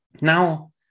Now